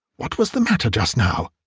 what was the matter just now?